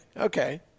Okay